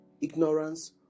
Ignorance